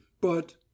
but—